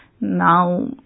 Now